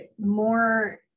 more